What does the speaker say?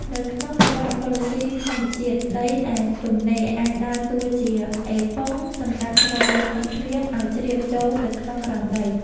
នៅក្នុងប្រព័ន្ធអេកូឡូស៊ីធម្មជាតិ ដីដែលទំនេរអាចដើរតួជា អេប៉ុង សម្រាប់ស្រូបយកទឹកភ្លៀងឱ្យជ្រាបចូលទៅក្នុងក្រោមដី។